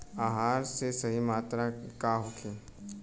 आहार के सही मात्रा का होखे?